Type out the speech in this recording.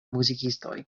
muzikistoj